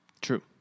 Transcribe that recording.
True